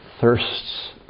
thirsts